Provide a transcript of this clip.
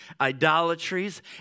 idolatries